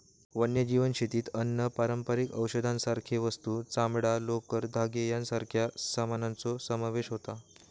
वन्यजीव शेतीत अन्न, पारंपारिक औषधांसारखे वस्तू, चामडां, लोकर, धागे यांच्यासारख्या सामानाचो समावेश होता